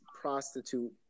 prostitute